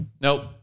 nope